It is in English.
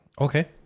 Okay